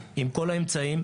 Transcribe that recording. עם כל האמצעים.